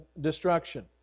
destruction